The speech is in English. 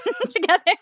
together